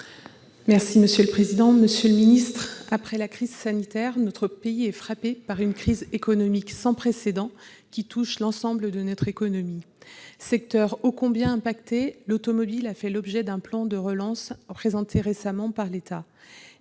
M. le ministre de l'économie et des finances. Après la crise sanitaire, notre pays est frappé par une crise économique sans précédent qui touche l'ensemble de notre économie. Secteur ô combien impacté, l'automobile a fait l'objet d'un plan de relance présenté récemment par l'État.